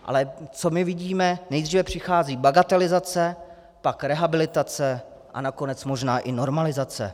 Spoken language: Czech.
Ale co my vidíme: nejdříve přichází bagatelizace, pak rehabilitace a nakonec možná i normalizace.